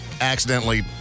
accidentally